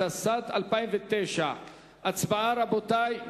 התשס"ט 2009. רבותי,